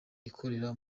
ikorera